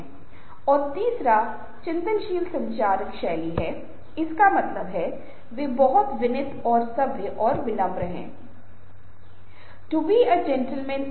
लोग अच्छी चीजों को भूल जाएंगे लेकिन कुछ नकारात्मक या बुरे शब्द जो हमने अनजाने में भी बोले हैं हम उसे वापस नहीं ले सकते हैं और लोग याद रखते हैं और इसे भूलना बहुत मुश्किल हो जाता है